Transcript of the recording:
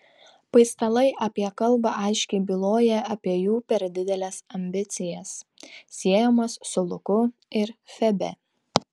paistalai apie kalbą aiškiai byloja apie jų per dideles ambicijas siejamas su luku ir febe